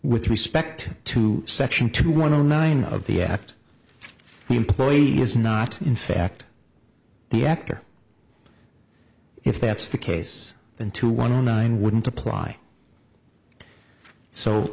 with respect to section two one of nine of the act the employee is not in fact the actor if that's the case then two one zero nine wouldn't apply so